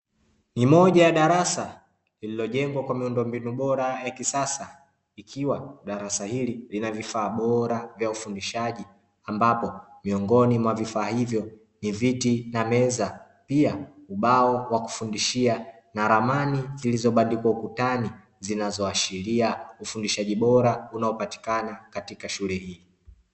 Ni moja ya darasa, lililojengwa kwa miundombinu bora ya kisasa ikiwa, darasa hili lina vifaa bora vya ufundishaji ambapo miongoni mwa vifaa hivo ni viti na meza pia ubao wa kufundishia na ramani zilizobandikwa ukutani zinazoashiria ufundishaji bora unaopatikana katika shule hii.